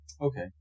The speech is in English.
Okay